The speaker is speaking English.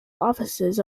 offices